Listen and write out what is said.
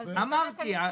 אמרתי.